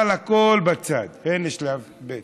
אבל הכול בצד, הינה שלב ב'.